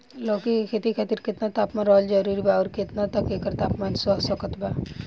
लौकी के खेती खातिर केतना तापमान रहल जरूरी बा आउर केतना तक एकर तापमान सह सकत बा?